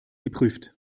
geprüft